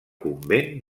convent